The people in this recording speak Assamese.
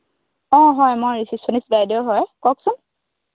অঁ হয় মই ৰিচেপশ্যনিষ্ট বাইদেউ হয় কওকচোন